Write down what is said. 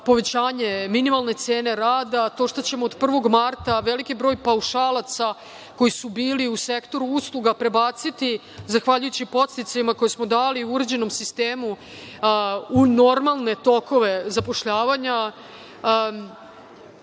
povećanje minimalne cene rade. Veliki broj paušalaca koji su bili u sektoru usluga ćemo prebaciti, zahvaljujući podsticajima koje smo dali uređenom sistemu, u normalne tokove zapošljavanja. Rast